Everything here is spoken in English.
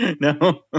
No